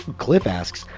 cliff asks,